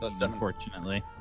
unfortunately